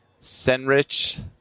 Senrich